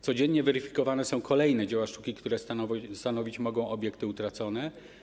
Codziennie weryfikowane są kolejne dzieła sztuki, które stanowić mogą obiekty utracone.